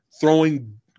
throwing